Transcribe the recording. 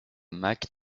mac